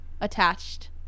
attached